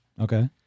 Okay